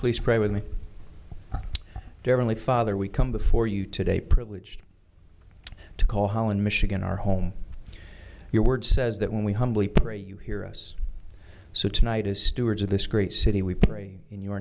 please pray with me differently father we come before you today privileged to call holland michigan our home your word says that when we humbly pray you hear us so tonight is stewards of this great city we prayed in your